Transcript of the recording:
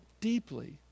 deeply